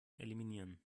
eliminieren